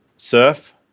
Surf